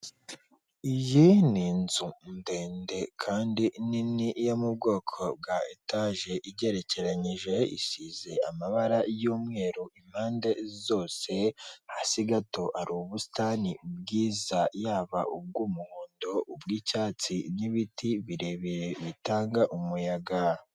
Ubu ngubu ni ubucuruzi bw'amafaranga. Ahangaha turabona amafaranga y'amanyarwanda, amafaranga y'amanyamahanga, amadorari bitewe nayo ukeneye uraza ukazana amanyarwanda bakaguhereza amanyamahanga cyangwa ukazana amanyamahanga bakaguha amanyarwanda.